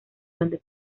donde